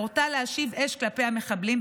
הורתה להשיב אש כלפי המחבלים,